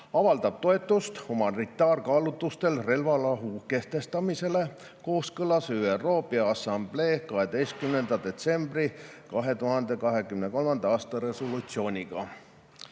"Avaldab toetust humanitaarkaalutlustel relvarahu kehtestamisele kooskõlas ÜRO Peaassamblee 12. detsembri 2023. aasta resolutsiooniga."